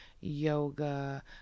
yoga